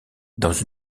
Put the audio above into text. dans